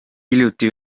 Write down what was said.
hiljuti